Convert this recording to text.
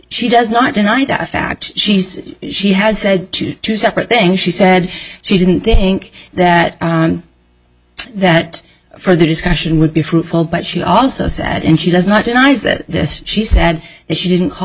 she does not deny that in fact she's she has said to two separate things she said she didn't think that that further discussion would be fruitful but she also said and she does not denies that she said that she didn't call